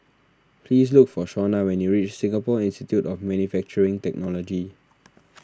please look for Shona when you reach Singapore Institute of Manufacturing Technology